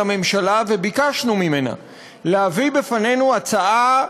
הממשלה וביקשנו ממנה להביא בפנינו הצעה רצינית,